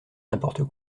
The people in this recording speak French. n’importe